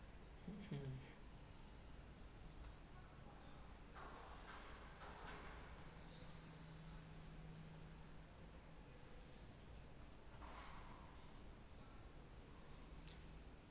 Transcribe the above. mmhmm